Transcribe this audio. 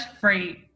free